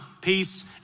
Peace